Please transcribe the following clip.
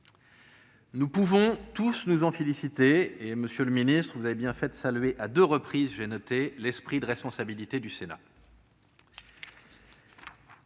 Nous pouvons tous nous en féliciter. À cet égard, monsieur le ministre, vous avez bien fait de saluer, à deux reprises, l'esprit de responsabilité du Sénat.